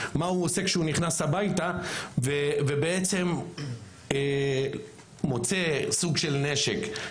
מה הוא עושה כשהוא נכנס הביתה ובעצם מוצא סוג של נשק,